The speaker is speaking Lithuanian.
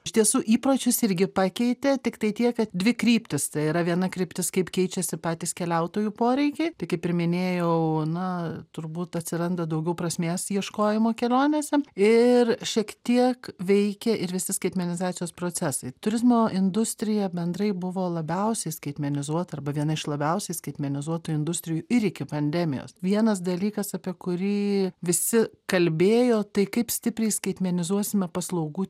iš tiesų įpročius irgi pakeitė tiktai tiek kad dvi kryptys tai yra viena kryptis kaip keičiasi patys keliautojų poreikiai tai kaip ir minėjau na turbūt atsiranda daugiau prasmės ieškojimo kelionėse ir šiek tiek veikia ir visi skaitmenizacijos procesai turizmo industrija bendrai buvo labiausiai skaitmenizuota arba viena iš labiausiai skaitmenizuotų industrijų ir iki pandemijos vienas dalykas apie kurį visi kalbėjo tai kaip stipriai skaitmenizuosime paslaugų